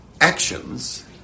actions